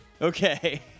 Okay